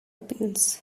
pills